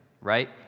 right